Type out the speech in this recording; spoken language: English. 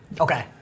Okay